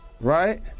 right